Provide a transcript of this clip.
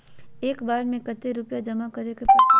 एक बार में कते रुपया जमा करे परते?